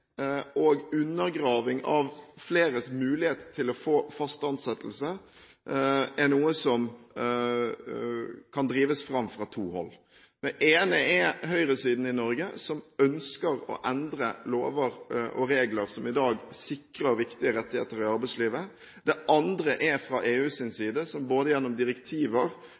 og undergraving av fleres mulighet til å få fast ansettelse er noe som kan drives fram fra to hold. Det ene er høyresiden i Norge, som ønsker å endre lover og regler som i dag sikrer viktige rettigheter i arbeidslivet. Det andre er fra EUs side, som gjennom både direktiver